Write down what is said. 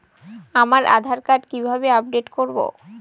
আমার আধার কার্ড কিভাবে আপডেট করব?